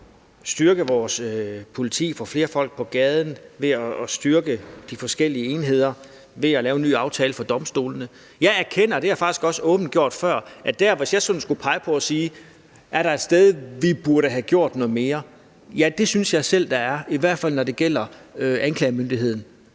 styrke vores politi og få flere folk på gaden, ved at styrke de forskellige enheder, ved at lave en ny aftale for domstolene. Jeg erkender – og det har jeg faktisk også åbent gjort før – at hvis jeg sådan skulle pege på et sted og sige, at der burde vi have gjort noget mere, gælder det i hvert fald anklagemyndigheden.